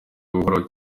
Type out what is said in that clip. buhoraho